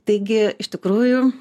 taigi iš tikrųjų